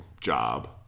job